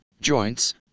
joints